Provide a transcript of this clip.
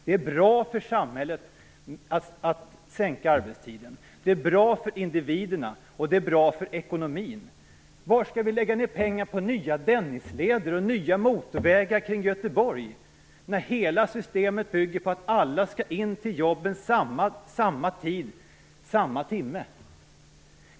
Det är bra för samhället att sänka arbetstiden, det är bra för individerna och det är bra för ekonomin. Varför skall vi lägga ned pengar på nya Dennisleder, nya motorvägar kring Göteborg, när hela systemet bygger på att alla skall in till jobben vid samma tid, samma timme?